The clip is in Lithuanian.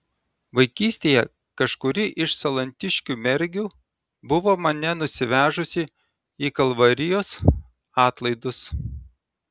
vaikystėje kažkuri iš salantiškių mergių buvo mane nusivežusi į kalvarijos atlaidus